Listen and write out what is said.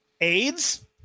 aids